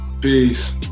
Peace